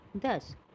Thus